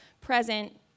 present